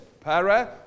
para